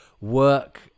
work